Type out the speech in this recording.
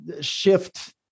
shift